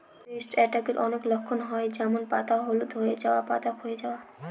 paste অ্যাটাকের অনেক লক্ষণ হয় যেমন পাতা হলুদ হয়ে যাওয়া, পাতা ক্ষয়ে যাওয়া